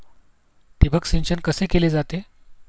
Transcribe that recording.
ठिबक सिंचन कसे केले जाते?